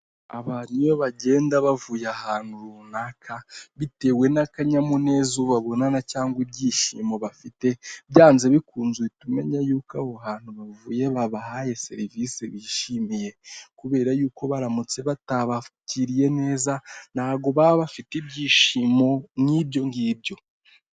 Abantu iyo bagenda bavuye ahantu runaka bitewe n'akanyamuneza ubabonana cyangwa ibyishimo bafite byanze bikunze uhita umenya yuko abo hantu bavuye babahaye serivisi bishimiye, kubera yuko baramutse batabakiriye neza ntabwo baba bafite ibyishimo nk'ibyo ngibyo.